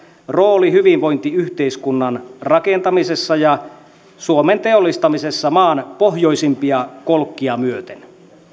rooli hyvinvointiyhteiskunnan rakentamisessa ja suomen teollistamisessa maan pohjoisimpia kolkkia myöten